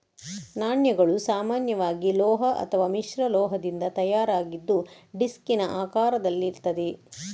ನಾಣ್ಯಗಳು ಸಾಮಾನ್ಯವಾಗಿ ಲೋಹ ಅಥವಾ ಮಿಶ್ರಲೋಹದಿಂದ ತಯಾರಾಗಿದ್ದು ಡಿಸ್ಕಿನ ಆಕಾರದಲ್ಲಿರ್ತದೆ